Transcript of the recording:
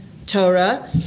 Torah